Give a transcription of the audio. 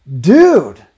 Dude